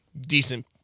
decent